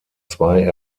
zwei